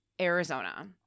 Arizona